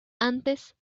antes